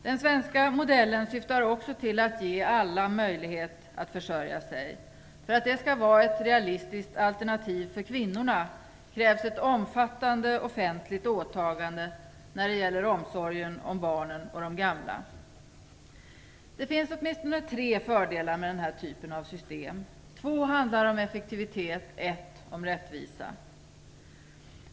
Den svenska modellen syftar också till att ge alla möjlighet att försörja sig. För att det skall vara ett realistiskt alternativ för kvinnorna krävs ett omfattande offentligt åtagande när det gäller omsorgen om barnen och de gamla. Det finns åtminstone tre fördelar med den här typen av system. Två handlar om effektivitet och en om rättvisa.